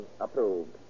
approved